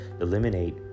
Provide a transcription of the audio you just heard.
eliminate